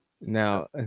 Now